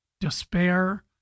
despair